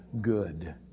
good